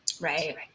right